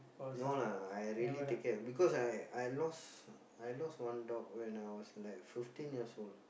no lah I really take care because I I lost I lost one dog when I was like fifteen years old